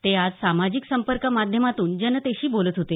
ते आज सामाजिक संपर्क माध्यमातून जनतेशी बोलत होते